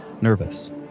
nervous